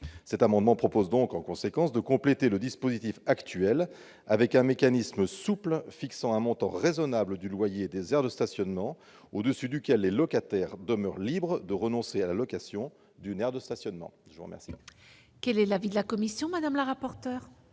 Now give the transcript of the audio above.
Cet amendement vise donc à compléter le dispositif actuel avec un mécanisme souple fixant un montant raisonnable du loyer des aires de stationnement au-dessus duquel les locataires demeurent libres de renoncer à la location d'une aire de stationnement. Quel est l'avis de la commission ? La commission